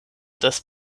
des